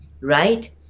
right